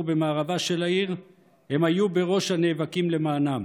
במערבה של העיר הם היו בראש הנאבקים למענם.